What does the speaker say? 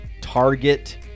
target